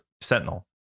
Sentinel